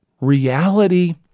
Reality